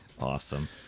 awesome